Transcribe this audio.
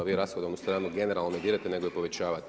Vi rashodovnu stranu generalno ne dirate nego je povećavate.